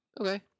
Okay